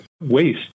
waste